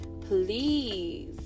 please